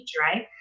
right